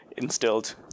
instilled